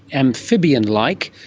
amphibian-like,